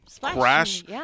crash